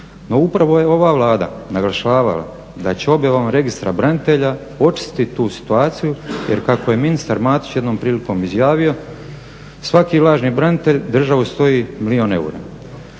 upravo je ova Vlada naglašavala da će objavom registra branitelja očistiti tu situaciju, jer kako je ministar Matić jednom prilikom izjavio svaki lažni branitelj državu stoji milijun eura.